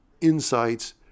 insights